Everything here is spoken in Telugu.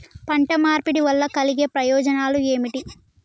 పంట మార్పిడి వల్ల కలిగే ప్రయోజనాలు ఏమిటి?